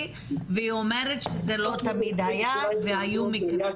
והיא אומרת שזה לא תמיד היה והיו מקרים.